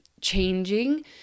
changing